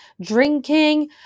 drinking